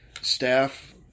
Staff